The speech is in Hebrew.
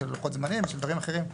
של לוחות זמנים ושל דברים אחרים.